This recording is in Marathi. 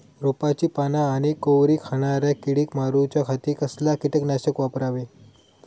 रोपाची पाना आनी कोवरी खाणाऱ्या किडीक मारूच्या खाती कसला किटकनाशक वापरावे?